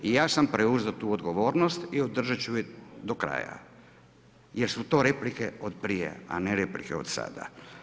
I ja sam preuzeo tu odgovornosti i održat ću je do kraja jer su to replike od prije, a ne replike od sada.